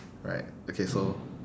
right okay so